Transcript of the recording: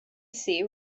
see